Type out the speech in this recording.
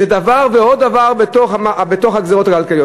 זה דבר ועוד דבר בתוך הגזירות הכלכליות.